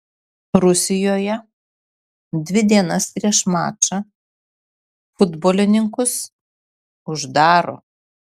rusijoje dvi dienas prieš mačą futbolininkus uždaro